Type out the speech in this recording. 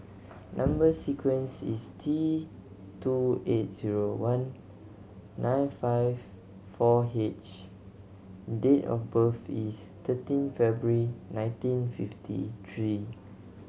number sequence is T two eight zero one nine five four H date of birth is thirteen February nineteen fifty three